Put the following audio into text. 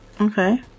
okay